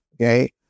Okay